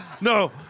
No